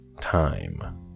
time